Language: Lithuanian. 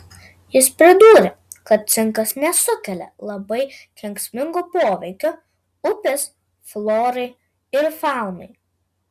jis pridūrė kad cinkas nesukelia labai kenksmingo poveikio upės florai ir faunai